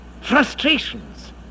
frustrations